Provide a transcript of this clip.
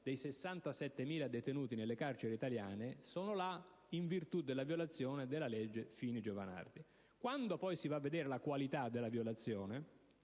dei 67.000 detenuti nelle carceri italiane si trovano là in virtù della violazione della legge Fini-Giovanardi. Quando poi si va a vedere la qualità della violazione,